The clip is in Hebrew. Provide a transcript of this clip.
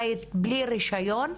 בית בלי רישיון,